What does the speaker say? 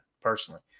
personally